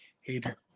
Hater